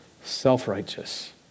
self-righteous